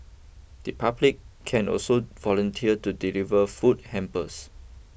the public can also volunteer to deliver food hampers